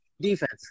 Defense